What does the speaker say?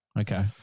Okay